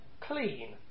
clean